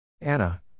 Anna